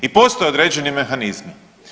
I postoje određeni mehanizmi.